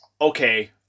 Okay